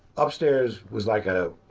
upstairs was like ah